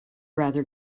rather